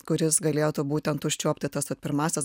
kuris galėtų būtent užčiuopti tas vat pirmąsias